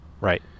Right